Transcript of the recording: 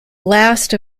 last